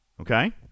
Okay